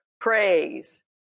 praise